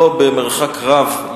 לא במרחק רב,